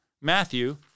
Matthew